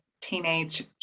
teenage